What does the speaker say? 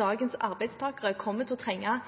dagens arbeidstakere kommer til å trenge